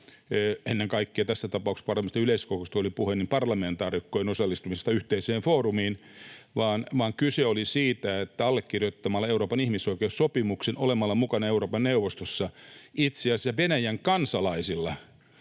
ennen kaikkea tässä tapauksessa — parlamentaarisesta yleiskokouksesta oli puhe — parlamentaarikkojen osallistumisesta yhteiseen foorumiin, vaan kyse oli siitä, että allekirjoittamalla Euroopan ihmisoikeussopimuksen, olemalla mukana Euroopan neuvostossa, itse asiassa Venäjän kansalaisilla